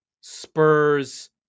Spurs